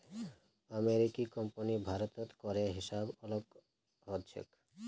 अमेरिकी कंपनीर भारतत करेर हिसाब अलग ह छेक